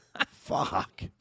Fuck